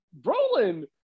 Brolin